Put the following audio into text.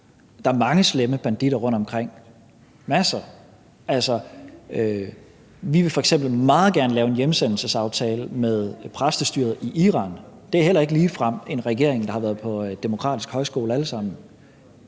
Der er mange slemme banditter rundtomkring, masser. Vi vil f.eks. meget gerne lave en hjemsendelsesaftale med præstestyret i Iran. Det er heller ikke ligefrem en regering, hvor alle sammen har været på demokratisk højskole.